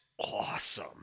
awesome